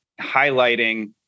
highlighting